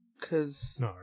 Cause